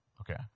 Okay